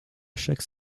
chaque